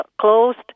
closed